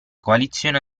coalizione